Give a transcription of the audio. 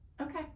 Okay